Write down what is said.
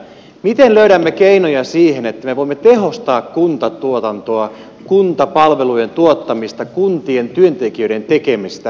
miten löydämme keinoja siihen että me voimme tehostaa kuntatuotantoa kuntapalvelujen tuottamista kuntien työntekijöiden tekemistä